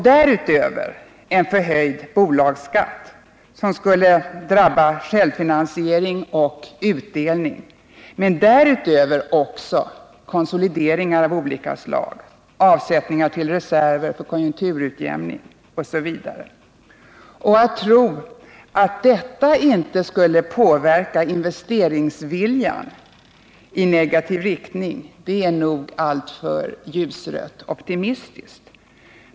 Därutöver skulle den bli ett slags förhöjd bolagsskatt, som skulle drabba inte bara självfinansiering och utdelning utan också konsolideringar av olika slag, avsättningar till reserver för konjunkturutjämning osv. Att tro att detta inte skulle påverka investeringsviljan i negativ riktning, är nog alltför ljusrött optimistiskt.